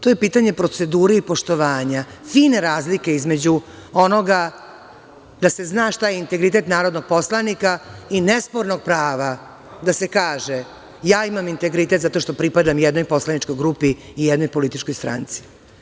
To je pitanje procedure i poštovanja, fine razlike između onoga da se zna šta je integritet narodnog poslanika i nespornog prava da se kaže – ja imam integritet zato što pripadam jednoj poslaničkoj grupi i jednoj političkoj stranci.